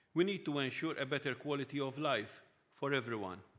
we need to ensure better quality of life for everyone,